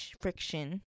friction